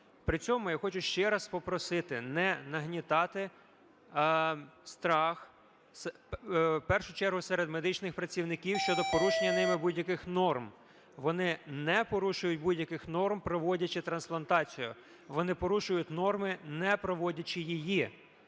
При цьому я хочу ще раз попросити не нагнітати страх, в першу чергу серед медичних працівників, щодо порушення ними будь-яких норм. Вони не порушують будь-яких норм, проводячи трансплантацію, вони порушують норми, не проводячи її,